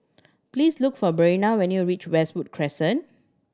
please look for Brenna when you reach Westwood Crescent